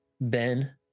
Ben